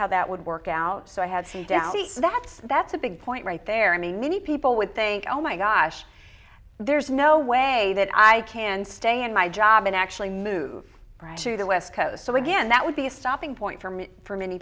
how that would work out so i had few doubts that that's a big point right there i mean many people would think oh my gosh there's no way that i can stay in my job and actually move to the west coast so again that would be a stopping point for me for many